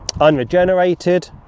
unregenerated